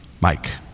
Mike